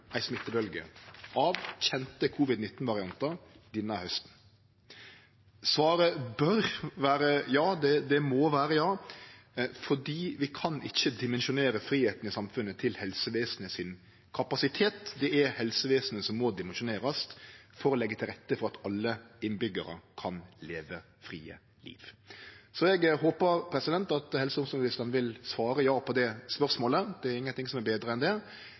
ei smittebølgje av kjende covid-19-variantar denne hausten? Svaret bør vere ja, det må vere ja, for vi kan ikkje dimensjonere fridomen i samfunnet til helsevesenet sin kapasitet. Det er helsevesenet som må dimensjonerast for å leggje til rette for at alle innbyggjarane kan leve eit fritt liv. Så eg håpar at helse- og omsorgsministeren vil svare ja på det spørsmålet. Det er ingenting som er betre enn det.